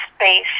space